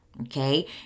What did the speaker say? okay